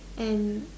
and